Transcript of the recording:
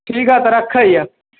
ठीक हइ तऽ रखै हिअऽ